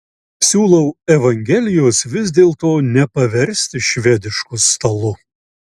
siūlau evangelijos vis dėlto nepaversti švedišku stalu